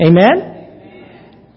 Amen